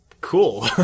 cool